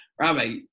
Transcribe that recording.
rabbi